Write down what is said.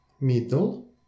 middle